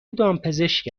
دامپزشک